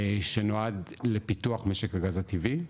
שנועד לפיתוח משק הגז הטבעי,